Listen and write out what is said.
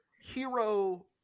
hero